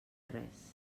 res